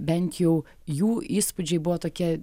bent jau jų įspūdžiai buvo tokie